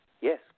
yes